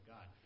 God